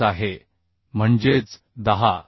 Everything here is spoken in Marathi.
5आहे म्हणजेच 10